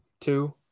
two